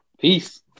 Peace